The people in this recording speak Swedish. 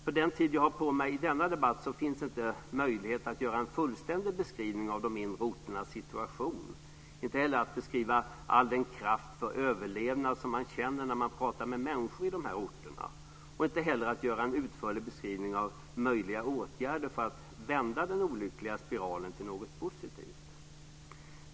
På den tid som jag har på mig i denna debatt finns det inte möjlighet att göra en fullständig beskrivning av de mindre orternas situation, inte heller att beskriva all den kraft för överlevnad som man känner när man pratar med människor i de här orterna och inte heller att göra en utförlig beskrivning av möjliga åtgärder för att vända den olyckliga spiralen till något positivt.